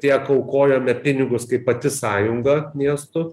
tiek aukojome pinigus kaip pati sąjunga miestu